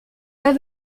pas